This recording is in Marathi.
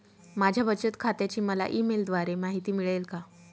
माझ्या बचत खात्याची मला ई मेलद्वारे माहिती मिळेल का?